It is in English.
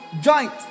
joint